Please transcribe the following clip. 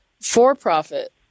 for-profit